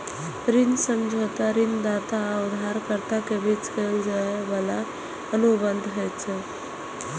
ऋण समझौता ऋणदाता आ उधारकर्ता के बीच कैल जाइ बला अनुबंध होइ छै